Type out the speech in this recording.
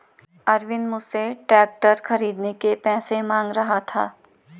अरविंद मुझसे ट्रैक्टर खरीदने के पैसे मांग रहा था